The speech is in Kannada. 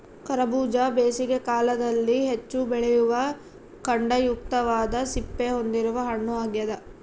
ಕರಬೂಜ ಬೇಸಿಗೆ ಕಾಲದಲ್ಲಿ ಹೆಚ್ಚು ಬೆಳೆಯುವ ಖಂಡಯುಕ್ತವಾದ ಸಿಪ್ಪೆ ಹೊಂದಿರುವ ಹಣ್ಣು ಆಗ್ಯದ